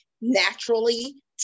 naturally